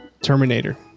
Terminator